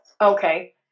Okay